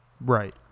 Right